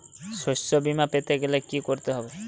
শষ্যবীমা পেতে গেলে কি করতে হবে?